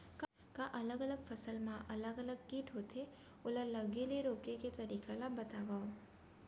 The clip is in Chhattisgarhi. का अलग अलग फसल मा अलग अलग किट होथे, ओला लगे ले रोके के तरीका ला बतावव?